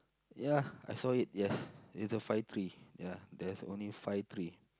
ya I saw it yes it's a five tree ya there's only five tree